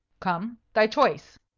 come, thy choice,